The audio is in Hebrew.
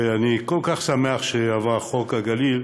אני כל כך שמח שעבר חוק הגליל,